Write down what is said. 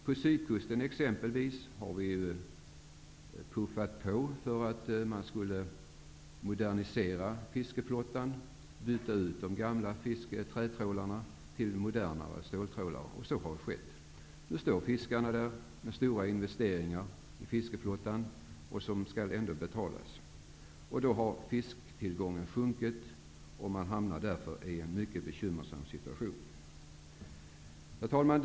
På exempelvis Sydkusten har man puffat på för att fiskeflottan skall moderniseras, dvs. att man skall byta ut de gamla trätrålararna mot modernare ståltrålare, vilket har skett. Nu står fiskarna där med stora investeringar i fiskeflottan som skall betalas. Fisktillgången har minskat, och man hamnar därför i en mycket bekymmersam situation. Herr talman!